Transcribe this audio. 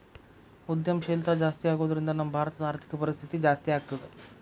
ಉದ್ಯಂಶೇಲ್ತಾ ಜಾಸ್ತಿಆಗೊದ್ರಿಂದಾ ನಮ್ಮ ಭಾರತದ್ ಆರ್ಥಿಕ ಪರಿಸ್ಥಿತಿ ಜಾಸ್ತೇಆಗ್ತದ